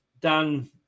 dan